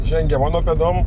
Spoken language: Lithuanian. žengia mano pėdom